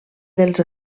dels